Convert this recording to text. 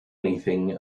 anything